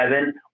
seven